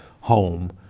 home